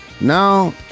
now